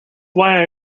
why